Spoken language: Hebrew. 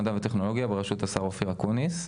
המדע והטכנולוגיה בראשות השר אופיר אקוניס.